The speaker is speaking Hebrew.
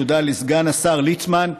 תודה לסגן השר ליצמן,